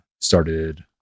started